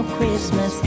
Christmas